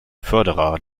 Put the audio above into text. förderer